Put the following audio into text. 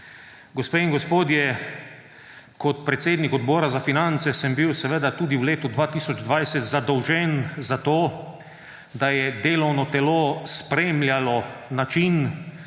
Gospe in gospodje, kot predsednik Obora za finance sem bil tudi v letu 2020 zadolžen za to, da je delovno telo spremljalo način,